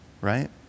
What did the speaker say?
right